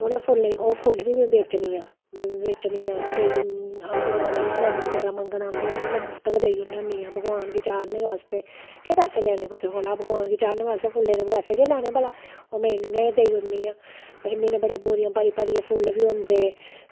ते ओह् फुल्ल भी में बेचनी आं केईं आंढ गुआंढ आह्लियां मंग्गन आंदियां उनेंगी में फ्री देई ओड़नियां होनियां फ्री भगवान गी चाढ़न बास्तै केह् पैसे लैने कुसै कोला भगवान गी चाढ़ने आस्तै केह् पैसे लैने कुसै कोला में उनेईं इंया गै देई ओड़नी आं इन्ने दूर फुल्ल बी होंदे